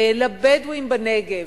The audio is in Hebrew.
לבדואים בנגב.